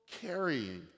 carrying